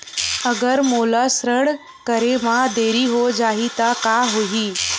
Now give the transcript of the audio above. अगर मोला ऋण करे म देरी हो जाहि त का होही?